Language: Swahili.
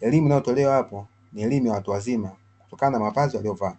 elimu inayotolewa hapo ni elimu ya watu wazima, kutokana na mavazi waliovaa.